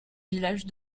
villages